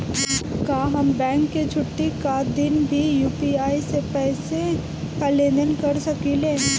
का हम बैंक के छुट्टी का दिन भी यू.पी.आई से पैसे का लेनदेन कर सकीले?